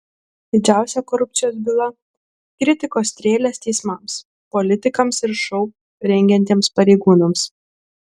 didžiausia korupcijos byla kritikos strėlės teismams politikams ir šou rengiantiems pareigūnams